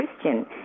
Christian